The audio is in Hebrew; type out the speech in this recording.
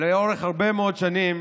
לאורך הרבה מאוד שנים